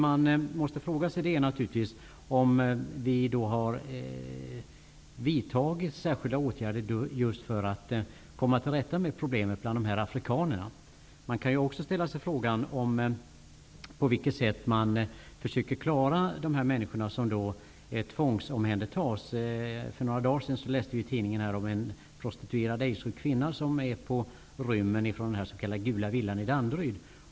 Man måste då fråga sig om vi har vidtagit särskilda åtgärder för att komma till rätta med problemet bland afrikanerna. På vilket försöker man att klara de människor som tvångsomhändertas? För några dagar sedan kunde man läsa i tidningen om en prostituerad aidssjuk kvinna som är på rymmen från Gula villan i Danderyd.